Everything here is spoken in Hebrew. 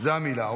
זאת המילה.